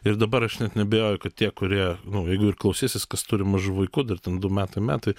ir dabar aš net neabejoju kad tie kurie nu jeigu ir klausysis kas turi mažų vaikų dar ten du metai metai